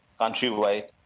countrywide